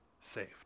saved